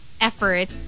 effort